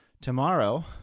tomorrow